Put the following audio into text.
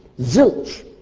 zilch.